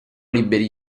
liberi